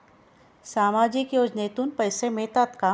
सामाजिक योजनेतून पैसे मिळतात का?